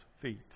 feet